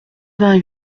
vingt